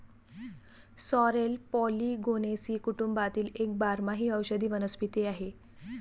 sorrel polygonaceae कुटुंबातील एक बारमाही औषधी वनस्पती आहे